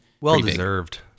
Well-deserved